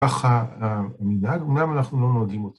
ככה המנהג, אומנם אנחנו לא נוהגים אותו.